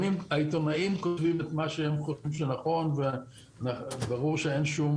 העיתונאים כותבים את מה שהם חושבים שנכון וברור שאין שום